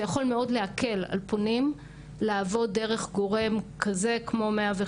ואנחנו כמובן נשמח מאוד ושותפים להמלצה להרחיב את היקף